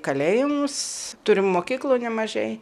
kalėjimus turim mokyklų nemažai